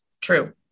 True